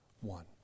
one